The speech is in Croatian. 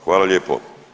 Hvala lijepo.